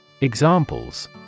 Examples